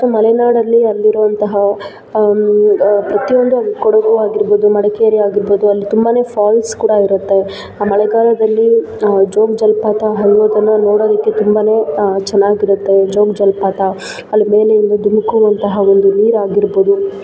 so ಮಲೆನಾಡಲ್ಲಿ ಅಲ್ಲಿರುವಂತಹ ಪ್ರತಿಯೊಂದು ಅಲ್ಲಿ ಕೊಡಗು ಆಗಿರ್ಬೋದು ಮಡಿಕೇರಿ ಆಗಿರ್ಬೋದು ಅಲ್ಲಿ ತುಂಬ ಫಾಲ್ಸ್ ಕೂಡ ಇರುತ್ತೆ ಮಳೆಗಾಲದಲ್ಲಿ ಜೋಗ ಜಲಪಾತ ಹರಿಯೋದನ್ನು ನೋಡೋದಕ್ಕೆ ತುಂಬ ಚೆನ್ನಾಗಿರುತ್ತೆ ಜೋಗ ಜಲಪಾತ ಅಲ್ಲಿ ಮೇಲಿಂದ ಧುಮುಕುವಂತಹ ಒಂದು ನೀರಾಗಿರ್ಬೋದು